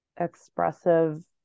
expressive